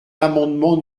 l’amendement